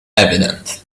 evident